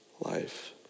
life